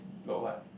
got what